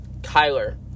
Kyler